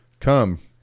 Come